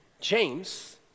James